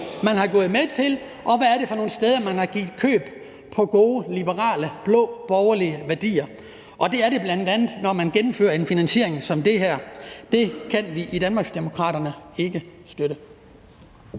man er gået med til, og hvad det er for nogle steder, man har givet køb på gode liberale, blå, borgerlige værdier. Og det er der bl.a. tale om, når man gennemfører en finansiering som den her. Det kan vi i Danmarksdemokraterne ikke støtte.